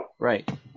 Right